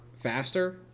faster